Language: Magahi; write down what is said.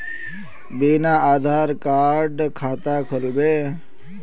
बिना आधार कार्डेर खाता खुल बे?